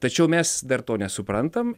tačiau mes dar to nesuprantam